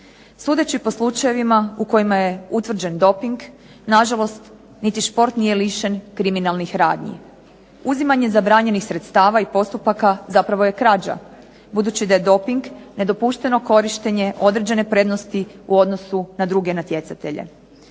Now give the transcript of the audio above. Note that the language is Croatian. Sudeći po slučajevima u kojima je utvrđen doping na žalost niti šport nije lišen kriminalnih radnji. Uzimanje zabranjenih sredstava i postupaka zapravo je krađa, budući da je doping nedopušteno korištenje određene prednosti u odnosu na druge natjecatelje.